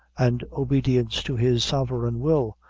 and obedience to his sovereign will,